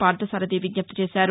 Parthasarathi విజ్జప్తిచేశారు